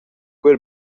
quei